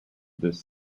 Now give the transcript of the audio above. this